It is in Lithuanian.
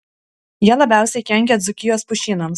jie labiausiai kenkia dzūkijos pušynams